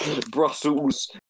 Brussels